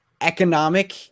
economic